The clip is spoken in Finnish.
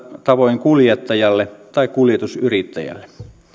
tavoin kuljettajalle tai kuljetusyrittäjälle